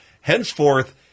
Henceforth